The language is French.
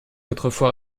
autrefois